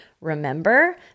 remember